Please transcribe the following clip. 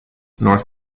north